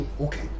okay